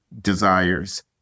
desires